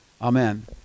Amen